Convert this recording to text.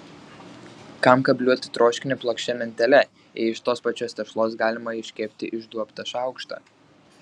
kam kabliuoti troškinį plokščia mentele jei iš tos pačios tešlos galima iškepti išduobtą šaukštą